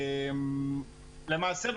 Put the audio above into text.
למעשה,